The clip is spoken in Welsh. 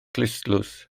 clustdlws